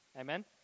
Amen